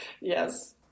yes